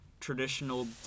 traditional